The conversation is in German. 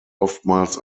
oftmals